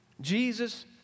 Jesus